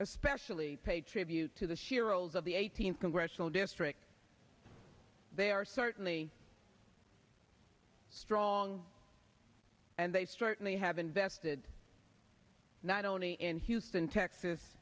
especially pay tribute to the sheer ols of the eighteenth congressional district they are certainly strong and they certainly have invested not only in houston texas